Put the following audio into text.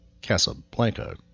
Casablanca